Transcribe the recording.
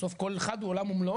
בסוף כל אחד הוא עולם ומלואו,